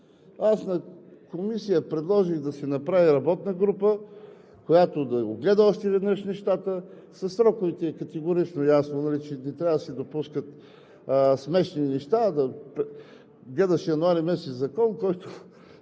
В Комисията предложих да се направи работна група, която да огледа още веднъж нещата. Със сроковете е категорично ясно, че не трябва да се допускат смешни неща – да гледаш през януари месец законопроект,